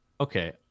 Okay